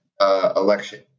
election